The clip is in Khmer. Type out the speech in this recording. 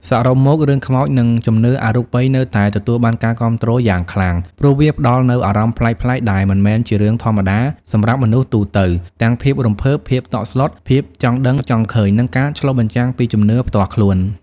សរុបមក រឿងខ្មោចនិងជំនឿអរូបីនៅតែទទួលបានការគាំទ្រយ៉ាងខ្លាំង ព្រោះវាផ្តល់នូវអារម្មណ៍ប្លែកៗដែលមិនមែនជារឿងធម្មតាសម្រាប់មនុស្សទូទៅ ទាំងភាពរំភើប ភាពតក់ស្លុត ភាពចង់ដឹងចង់ឃើញ និងការឆ្លុះបញ្ចាំងពីជំនឿផ្ទាល់ខ្លួន។